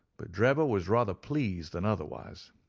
but drebber was rather pleased than otherwise.